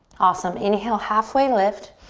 awesome. inhale, halfway lift.